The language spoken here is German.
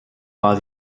war